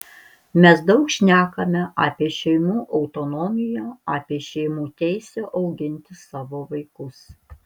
mes daug šnekame apie šeimų autonomiją apie šeimų teisę auginti savo vaikus